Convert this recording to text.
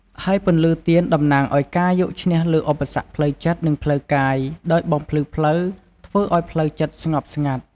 ហើយពន្លឺទៀនតំណាងឲ្យការយកឈ្នះលើឧបសគ្គផ្លូវចិត្ត និងផ្លូវកាយ ដោយបំភ្លឺផ្លូវ ធ្វើឲ្យផ្លូវចិត្តស្ងប់ស្ងាត់។